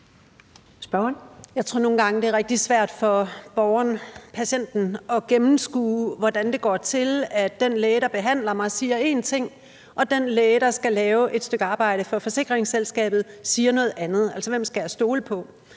Jeg tror nogle gange, det er rigtig svært for borgeren, patienten, at gennemskue, hvordan det går til, at den læge, der behandler en, siger én ting, og at den læge, der skal lave et stykke arbejde for forsikringsselskabet, siger noget andet. Hvem skal jeg stole på?